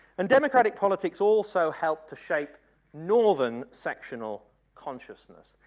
and democratic politics also helped to shape northern sectional consciousness.